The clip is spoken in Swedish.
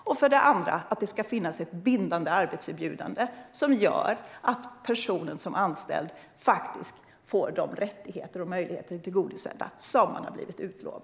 Det andra kravet är att det ska finnas ett bindande arbetserbjudande som gör att personen som anställs får de utlovade rättigheterna och möjligheterna tillgodosedda.